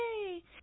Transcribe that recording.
Yay